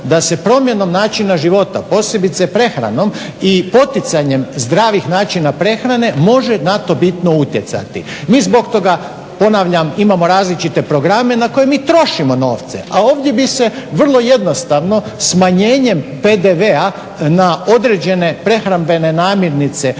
da se promjenom načina života, posebice prehranom i poticanjem zdravih načina prehrane može na to bitno utjecati. Mi zbog toga, ponavljam imamo različite programe na koje mi trošimo novce a ovdje bi se vrlo jednostavno smanjenjem PDV-a na određene prehrambene namirnice koje